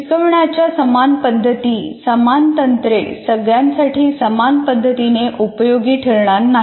शिकवण्याच्या समान पद्धती समान तंत्रे सगळ्यांसाठी समान पद्धतीने उपयोगी ठरणार नाही